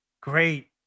Great